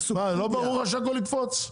מה לא ברור לך שהכול יקפוץ?